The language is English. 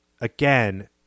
again